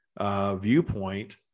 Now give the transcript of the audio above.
viewpoint